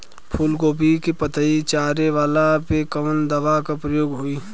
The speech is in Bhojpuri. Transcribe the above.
फूलगोभी के पतई चारे वाला पे कवन दवा के प्रयोग होई?